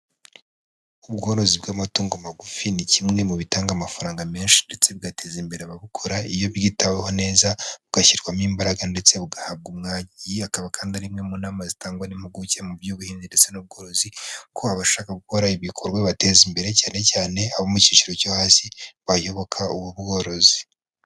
Ubworozi bw'amatungo magufi, ni kimwe mu bitanga amafaranga menshi ndetse bigateza imbere ababukora, iyo byitaweho neza, bugashyirwamo imbaraga ndetse ugahabwa umwanya. Iyi akaba kandi ari imwe mu nama zitangwa n'impuguke mu by'ubuhinzi ndetse n'ubworozi, ko abashaka gukora ibikorwa bibateza imbere cyane cyane abo mu cyiciro cyo hasi bayoboka ubu bworozi.